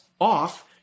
off